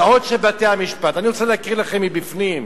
"בעוד שבתי-המשפט" אני רוצה להקריא לכם מבפנים.